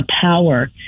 power